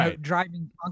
driving